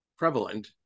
prevalent